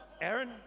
Aaron